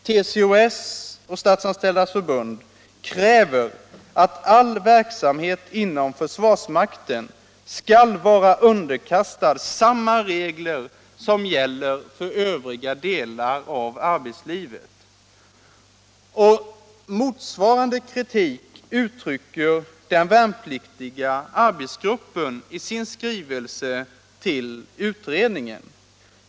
TCO-S och SF kräver att all verksamhet inom försvarsmakten skall vara underkastad samma regler som gäller för övriga delar av arbetslivet.” — Nr 52 Motsvarande kritik uttrycker den värnpliktiga arbetsgruppen i sin skrivelse till utredningen.